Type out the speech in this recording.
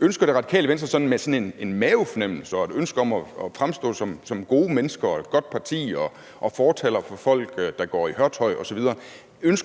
Ønsker Det Radikale Venstre med sådan en mavefornemmelse og et ønske om at fremstå som gode mennesker og et godt parti og fortalere for folk, der går i hørtøj osv.,